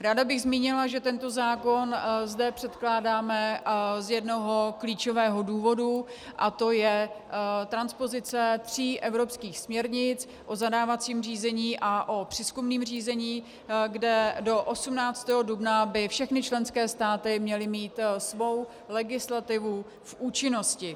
Ráda bych zmínila, že tento zákon zde předkládáme z jednoho klíčového důvodu, a to transpozice tří evropských směrnic o zadávacím řízení a o přezkumném řízení, kde do 18. dubna by všechny členské státy měly mít svou legislativu v účinnosti.